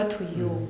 mm